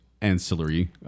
ancillary